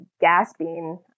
gasping